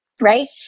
right